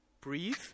Breathe